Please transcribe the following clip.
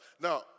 Now